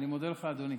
אני מודה לך, אדוני.